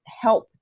help